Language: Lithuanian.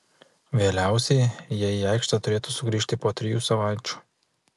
vėliausiai jie į aikštę turėtų sugrįžti po trijų savaičių